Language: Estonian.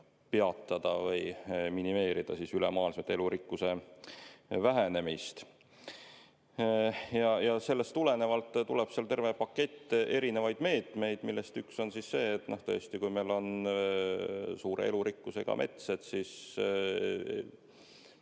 peatada või minimeerida ülemaailmselt elurikkuse vähenemist. Sellest tulenevalt on terve pakett erinevaid meetmeid, millest üks on see, et tõesti, kui meil on suure elurikkusega mets, siis